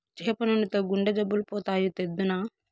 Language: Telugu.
చేప నూనెతో గుండె జబ్బులు పోతాయి, తెద్దునా